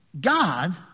God